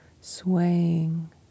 swaying